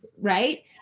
Right